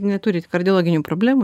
neturit kardiologinių problemų